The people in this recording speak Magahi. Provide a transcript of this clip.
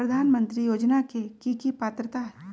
प्रधानमंत्री योजना के की की पात्रता है?